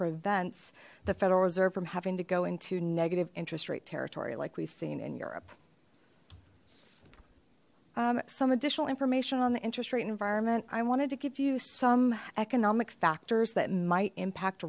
prevents the federal reserve from having to go into negative interest rate territory like we've seen in europe some additional information on the interest rate environment i wanted to give you some economic factors that might impact